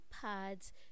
pads